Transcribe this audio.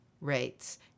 rates